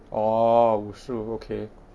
oh 武术 okay